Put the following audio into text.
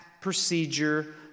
procedure